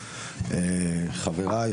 חבריי,